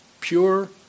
pure